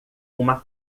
uma